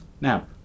now